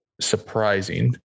surprising